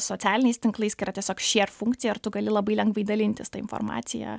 socialiniais tinklais kai yra tiesiog šier funkcija ir tu gali labai lengvai dalintis ta informacija